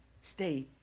stay